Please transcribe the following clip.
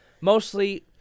Mostly